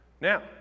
Now